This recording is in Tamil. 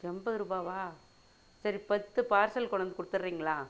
எண்பது ருபாவா சரி பத்து பார்சல் கொண்டாந்து கொடுத்துறிங்களா